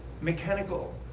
mechanical